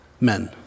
men